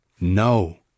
No